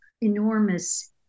enormous